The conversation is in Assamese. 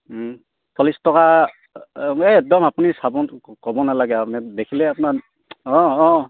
চল্লিছ টকা এই একদম আপুনি ক'ব নালাগে আৰু দেখিলে আপোনাৰ অঁ অঁ